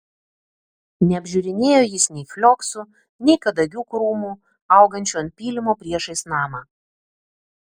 neapžiūrinėjo jis nei flioksų nei kadagių krūmų augančių ant pylimo priešais namą